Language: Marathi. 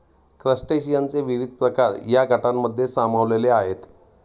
क्रस्टेशियनचे विविध प्रकार या गटांमध्ये सामावलेले आहेत